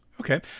Okay